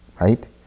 right